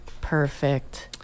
Perfect